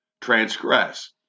transgress